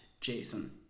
Jason